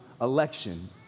election